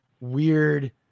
weird